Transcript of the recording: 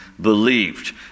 believed